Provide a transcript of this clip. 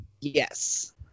Yes